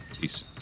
Peace